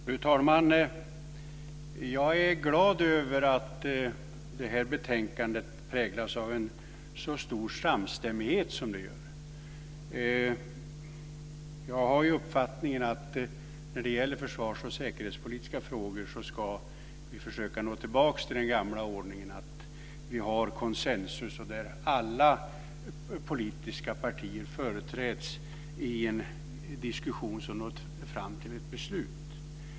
Fru talman! Jag är glad över att det här betänkandet präglas av en så stor samstämmighet som det gör. Jag har uppfattningen att när det gäller försvars och säkerhetspolitiska frågor ska vi försöka nå tillbaka till den gamla ordningen att vi har konsensus, dvs. alla politiska partier företräds i en diskussion som når fram till ett beslut.